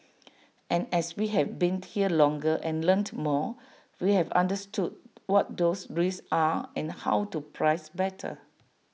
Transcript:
and as we have been here longer and learnt more we have understood what those risks are and how to price better